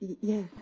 Yes